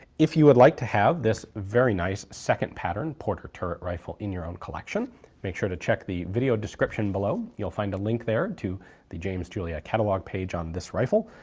if you would like to have this very nice second pattern porter turret rifle in your own collection make sure to check the video description below you'll find a link there to the james julia catalog page on this rifle,